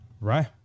Right